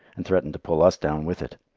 and threatened to pull us down with it.